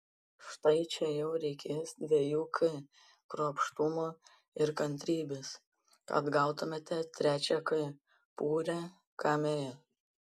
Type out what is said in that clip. štai čia jau reikės dviejų k kruopštumo ir kantrybės kad gautumėte trečią k purią kamėją